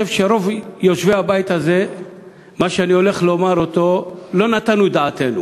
שאני חושב שרוב יושבי הבית הזה לא נתנו את דעתם